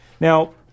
Now